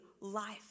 life